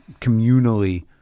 communally